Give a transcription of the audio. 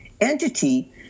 entity